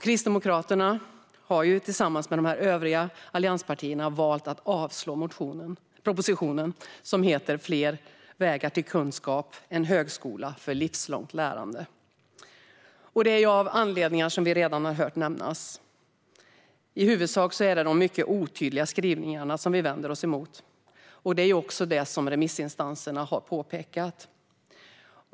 Kristdemokraterna har tillsammans med de övriga allianspartierna valt att yrka avslag på propositionen Fler vägar till kunskap - en högskola för livslångt lärande . Det är av anledningar vi redan hört nämnas. I huvudsak är det de mycket otydliga skrivningarna vi vänder oss mot. Det är också dessa som remissinstanserna har påtalat.